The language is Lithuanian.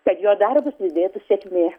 kad jo darbus lydėtų sėkmė